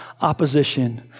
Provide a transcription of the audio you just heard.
opposition